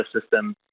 system